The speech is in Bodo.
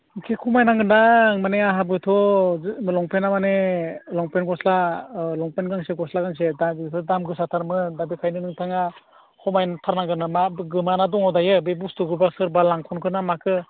एसे खमायनांगोन ना आं माने आंहाबोथ' लंपेना माने लंपेन्ट गस्ला औ लंपेन्ट गांसे गस्ला गांसे बेफोर दाम गोसाथारमोन दा बेखायनो नोंथाङा खमायथारनांगोन नामा गोमाना दङ दायो बुस्थुखो गावसोर बारलां खनखो ना माखो